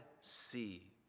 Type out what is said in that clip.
see